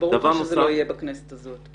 ברור לך שזה לא יהיה בכנסת הקרובה?